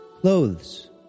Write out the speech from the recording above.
clothes